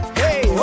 hey